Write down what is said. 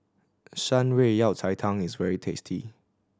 Shan Rui Yao Cai Tang is very tasty